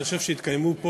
אני חושב שהתקיימו פה,